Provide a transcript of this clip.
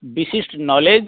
विशिष्ट नॉलेज